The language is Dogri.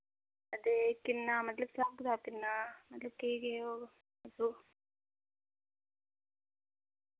हां ते किन्ना मतलब स्हाब कताब किन्ना मतलब केह् केह् होग दस्सो